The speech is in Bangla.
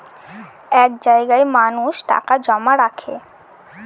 এক জায়গায় মানুষ টাকা জমা রাখে